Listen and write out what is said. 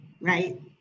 right